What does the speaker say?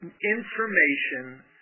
information